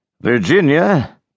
Virginia